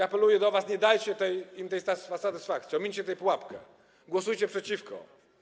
Apeluję do was: Nie dajcie im tej satysfakcji, omińcie tę pułapkę, głosujcie przeciwko.